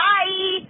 Bye